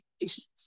patients